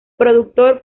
productor